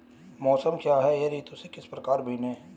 मौसम क्या है यह ऋतु से किस प्रकार भिन्न है?